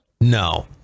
No